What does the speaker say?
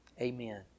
Amen